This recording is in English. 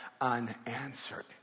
unanswered